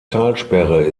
talsperre